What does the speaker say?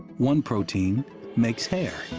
one protein makes hair